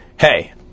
hey